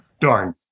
Darn